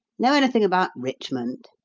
know anything about richmond?